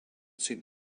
saint